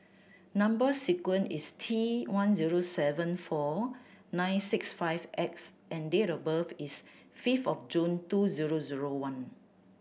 number sequence is T one zero seven four nine six five X and date of birth is fifth of June two zero zero one